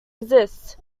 exists